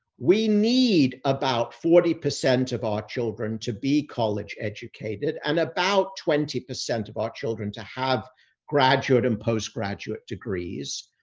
we need about forty percent of our children to be college educated and about twenty percent of our children to have graduate and postgraduate degrees.